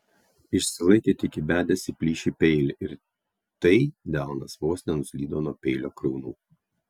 išsilaikė tik įbedęs į plyšį peilį ir tai delnas vos nenuslydo nuo peilio kriaunų